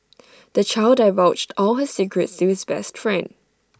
the child divulged all his secrets to his best friend